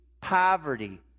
poverty